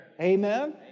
Amen